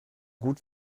gut